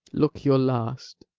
look your last!